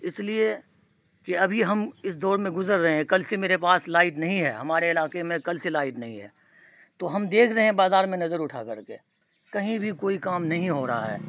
اس لیے کہ ابھی ہم اس دور میں گزر رہے ہیں کل سے میرے پاس لائٹ نہیں ہے ہمارے علاقے میں کل سے لائٹ نہیں ہے تو ہم دیکھ رہے ہیں بازار میں نظر اٹھا کر کے کہیں بھی کوئی کام نہیں ہو رہا ہے